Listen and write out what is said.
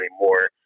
anymore